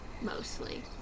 Mostly